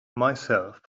myself